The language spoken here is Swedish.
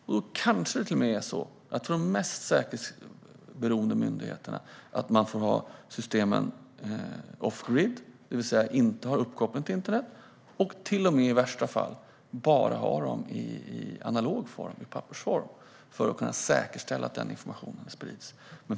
Det kanske till och med är så att man på de mest säkerhetsberoende myndigheterna får ha systemen off-grid, det vill säga utan uppkoppling till internet, och i värsta fall bara ha dem i analog form - i pappersform - för att säkerställa att informationen inte sprids.